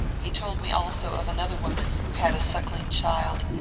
he told me also of another woman who had a suckling child,